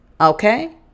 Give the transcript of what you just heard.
Okay